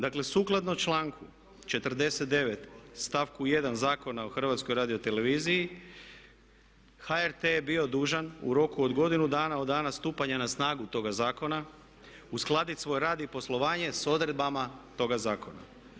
Dakle sukladno članku 49. stavku 1. Zakona o HRT-u, HRT je bio dužan u roku od godinu dana od dana stupanja na snagu toga zakona uskladiti svoj rad i poslovanje sa odredbama toga zakona.